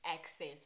access